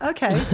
Okay